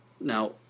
now